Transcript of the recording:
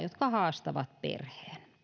jotka haastavat perheen